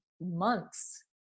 months